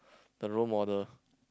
the role model